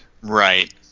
Right